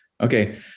okay